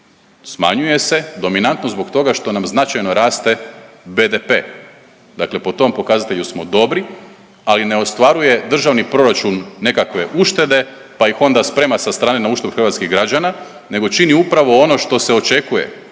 smanjuje se dominantno zbog toga što nam značajno raste BDP. Dakle po tom pokazatelju smo dobri ali ne ostvaruje državni proračun nekakve uštede pa ih onda sprema sa strane na uštrb hrvatskih građana, nego čini upravo ono što se očekuje,